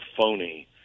phony